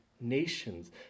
nations